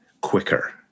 quicker